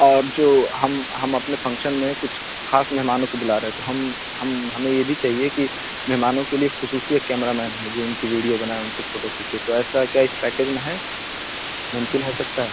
اور جو ہم ہم اپنے فنکشن میں کچھ خاص مہمانوں کو بلا رہے ہیں تو ہم ہم ہمیں یہ بھی چاہیے کہ مہمانوں کے لیے خصوصی ایک کیمرہ مین ہو جو ان کی ویڈیو بنائے ان کے فوٹو کھینچے تو ایسا کیا اس پیکیج میں ہے ممکن ہو سکتا ہے